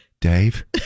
Dave